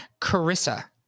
Carissa